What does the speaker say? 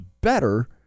better